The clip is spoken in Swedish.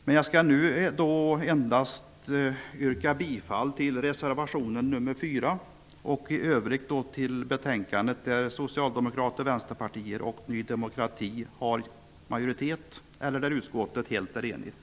Men jag skall nu endast yrka bifall till reservation nr 4 och i övrigt till utskottets hemställan i de delar där Socialdemokraterna, Vänsterpartiet och Ny demokrati utgör majoritet eller där utskottet är helt enigt.